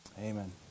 Amen